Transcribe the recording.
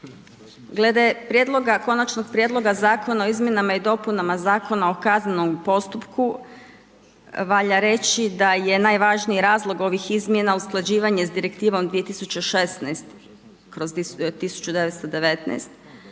Konačnog prijedloga Zakona o izmjenama i dopunama Zakona o kaznenom postupku valja reći da je najvažniji razlog ovih izmjena usklađivanje sa Direktivom 2016/1919